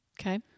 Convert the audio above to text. Okay